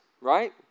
right